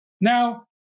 Now